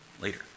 later